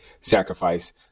sacrifice